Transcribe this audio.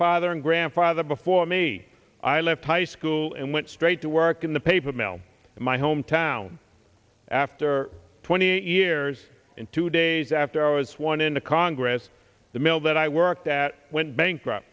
father and grandfather before me i left high school and went straight to work in the paper mill of my hometown after twenty years in two days after i was sworn into congress the mill that i worked at went bankrupt